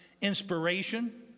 inspiration